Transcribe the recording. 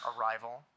Arrival